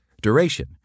duration